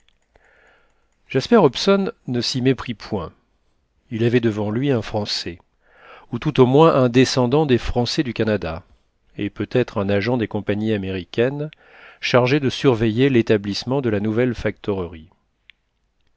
jasper hobson ne s'y méprit point il avait devant lui un français ou tout au moins un descendant des français du canada et peut-être un agent des compagnies américaines chargé de surveiller l'établissement de la nouvelle